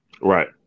Right